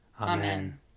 Amen